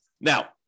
Now